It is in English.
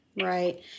Right